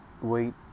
wait